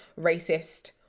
racist